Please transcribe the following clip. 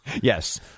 Yes